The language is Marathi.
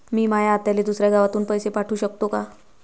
मी माया आत्याले दुसऱ्या गावातून पैसे पाठू शकतो का?